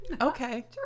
Okay